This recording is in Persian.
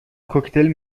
کوکتل